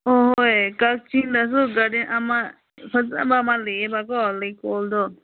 ꯍꯣꯏ ꯍꯣꯏ ꯀꯛꯆꯤꯡꯗꯁꯨ ꯒꯥꯔꯗꯦꯟ ꯑꯃ ꯐꯖꯕ ꯑꯃ ꯂꯩꯌꯦꯕꯀꯣ ꯂꯩꯀꯣꯜꯗꯣ